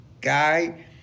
guy